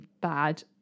bad